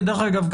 כדרך אגב,